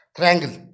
Triangle